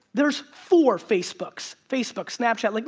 there's four facebooks, facebook, snapchat, like